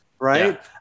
Right